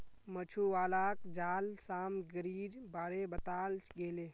मछुवालाक जाल सामग्रीर बारे बताल गेले